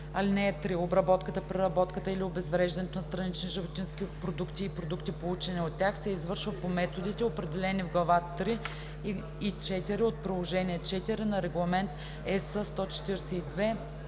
(3) Обработката, преработката или обезвреждането на странични животински продукти и продукти, получени от тях, се извършва по методите, определени в глава III и IV от приложение IV на Регламент (ЕС)